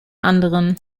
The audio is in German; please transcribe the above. anderen